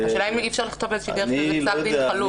השאלה היא אם אי אפשר לכתוב באיזושהי דרך שזה פסק דין חלוט.